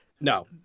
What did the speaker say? No